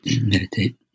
meditate